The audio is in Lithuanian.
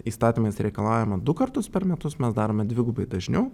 įstatymais reikalaujama du kartus per metus mes darome dvigubai dažniau